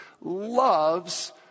loves